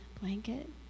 blanket